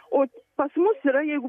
o pas mus yra jeigu